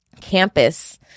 campus